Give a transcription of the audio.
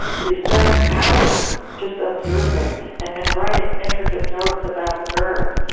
but he spends hours just observing and then writing intricate notes about the bird.